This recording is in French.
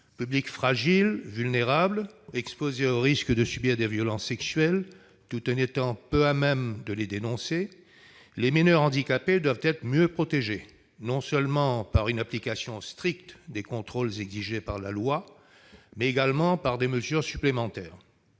Public fragile, vulnérable, exposé aux risques de subir des violences sexuelles tout en étant peu à même de les dénoncer, les mineurs handicapés doivent être mieux protégés, non seulement par une application stricte des contrôles exigés par la loi, mais également par des mesures supplémentaires.